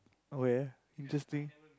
okay interesting